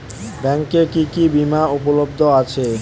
ব্যাংকে কি কি বিমা উপলব্ধ আছে?